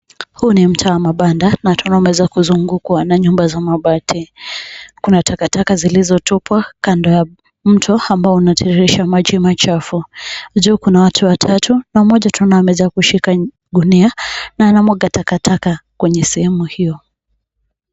Huu ni mtaa wa mabanda na tunaona imeweza kuzungukwa na nyumba za mabati . Kuna takataka zilizo tupwa kando ya mto ambao unataririsha maji machafu. Juu kuna watu watatu na mmoja tunaona ameweza kushika gunia na anamwaga takataka kwenye sehemu hio.